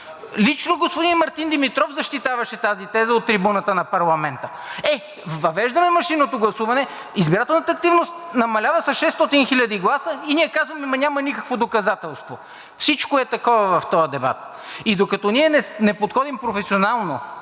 Лично господин Мартин Димитров защитаваше тази теза от трибуната на парламента. Е, с въвеждане на машинното гласуване избирателната активност намалява с 600 хиляди гласа и ние казваме: ама няма никакво доказателство! Всичко е такова в този дебат. И докато ние не подходим професионално...